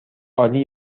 عالی